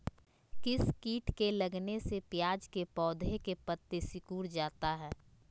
किस किट के लगने से प्याज के पौधे के पत्ते सिकुड़ जाता है?